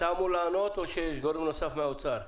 אתה אמור לענות או שיש גורם נוסף מהאוצר?